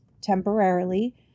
temporarily